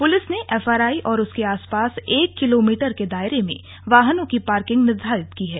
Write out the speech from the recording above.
police ने FRI और उसके आसपास एक किलोमीटर के दायरे में वाहनों की पार्किंग निर्धारित की है